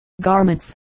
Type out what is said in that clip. garments